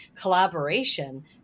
collaboration